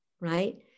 right